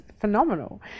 phenomenal